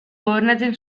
gobernatzen